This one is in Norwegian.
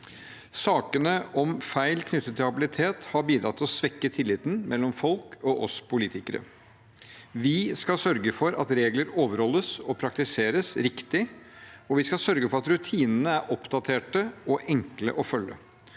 Sakene om feil knyttet til habilitet har bidratt til å svekke tilliten mellom folk og oss politikere. Vi skal sørge for at regler overholdes og praktiseres riktig, og vi skal sørge for at rutinene er oppdaterte og enkle å følge.